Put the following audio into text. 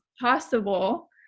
possible